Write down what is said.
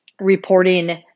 reporting